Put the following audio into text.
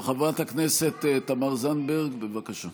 חברת הכנסת תמר זנדברג, בבקשה.